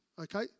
okay